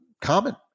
common